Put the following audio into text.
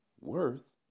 worth